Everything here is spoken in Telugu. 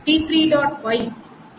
Y t1